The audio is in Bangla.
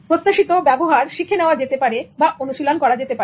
প্রত্যাশিত ব্যবহার শিখে নেওয়া যেতে পারে বা অনুশীলন করা যেতে পারে